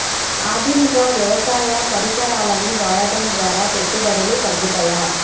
ఆధునిక వ్యవసాయ పరికరాలను వాడటం ద్వారా పెట్టుబడులు తగ్గుతయ?